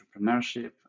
entrepreneurship